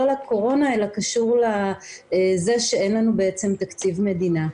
לקורונה אלא קשור לזה שאין לנו בעצם תקציב מדינה.